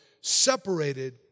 separated